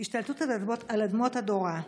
השתלטות על אדמות אדורה.